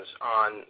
on